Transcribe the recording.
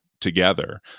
together